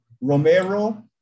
Romero